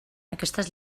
aquestes